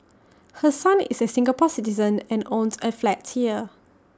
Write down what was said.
her son is A Singapore Citizen and owns A flat here